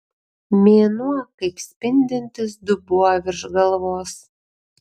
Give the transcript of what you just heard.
mėnuo kaip spindintis dubuo virš galvos